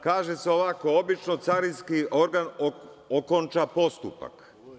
Kaže se ovako – obično carinski organ okonča postupak.